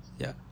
ya